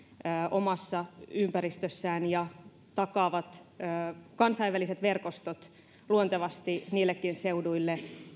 omassa ympäristössään ja takaavat kansainväliset verkostot luontevasti niillekin seuduille